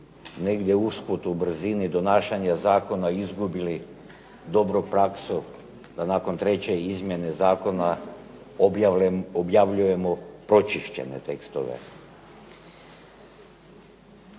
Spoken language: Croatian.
negdje usput u brzini donašanja zakona izgubili dobru praksu da nakon treće izmjene zakona objavljujemo pročišćene tekstove.